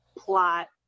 plot